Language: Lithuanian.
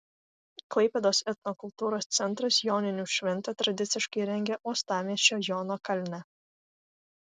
klaipėdos etnokultūros centras joninių šventę tradiciškai rengia uostamiesčio jono kalne